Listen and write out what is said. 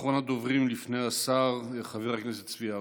אחרון הדוברים לפני השר, חבר הכנסת צבי האוזר.